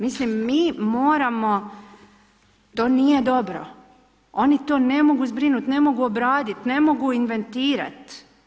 Mislim, mi moramo, to nije dobro, oni to ne mogu zbrinuti, ne mogu obraditi, ne mogu inventirat.